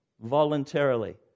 voluntarily